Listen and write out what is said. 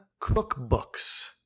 cookbooks